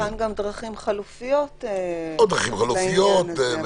שיבחן גם דרכים חלופיות בעניין הזה.